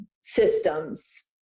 systems